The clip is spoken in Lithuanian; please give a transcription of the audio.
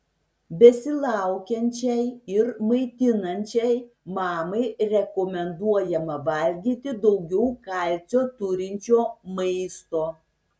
besilaukiančiai ir maitinančiai mamai rekomenduojama valgyti daugiau kalcio turinčio maisto